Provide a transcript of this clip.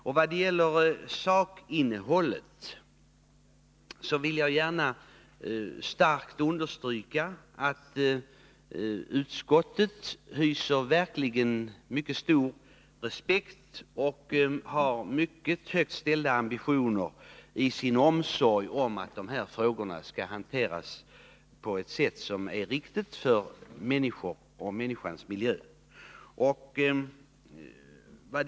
Utskottet hyser verkligen mycket respekt för de här frågorna och har mycket högt ställda ambitioner i sin omsorg om att de skall hanteras på ett för människor och människors miljö riktigt sätt.